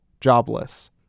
jobless